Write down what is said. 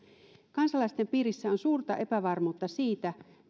kansalaisten piirissä on suurta epävarmuutta siitä